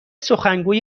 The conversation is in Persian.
سخنگوی